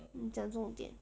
你讲重点